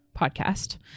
podcast